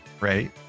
Right